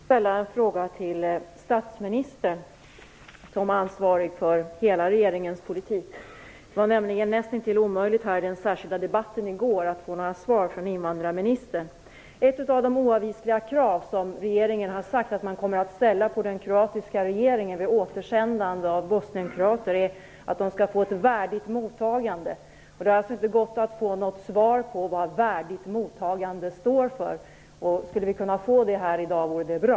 Herr talman! Jag vill ställa en fråga till statsministern som ansvarig för hela regeringens politik. Det var nämligen näst intill omöjligt i den särskilda debatten i går att få några svar av invandrarministern. Ett av de oavvisliga krav som regeringen har sagt att man kommer att ställa på den kroatiska regeringen vid återsändande av bosnien-kroater är att de skall få ett värdigt mottagande. Det har alltså inte gått att få något svar på vad värdigt mottagande står för. Skulle vi kunna få ett svar här i dag, vore det bra.